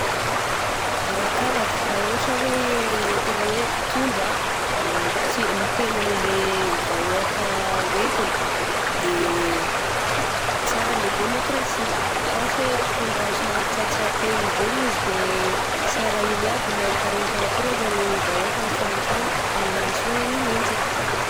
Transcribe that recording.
Arakaraka raha ohatra hoe tena hoe mpitondra mitegno anle vahoaka entiny de sara le demôkrasy fa raha ohatra hoe mpitondra somary tià tià tegny zegny izy, de sy rarahiny avy na itaraina karakory aza ny vahoaka amin'ny fahantragna fa nenanjy fôna nenanjy.